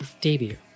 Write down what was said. debut